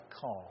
call